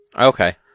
Okay